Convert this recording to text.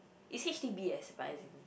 it's H_D_B yes but is it